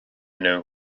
nhw